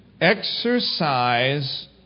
Exercise